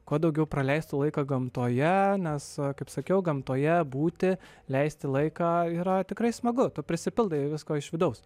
kuo daugiau praleistų laiką gamtoje nes kaip sakiau gamtoje būti leisti laiką yra tikrai smagu tu prisipildai visko iš vidaus